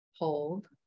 hold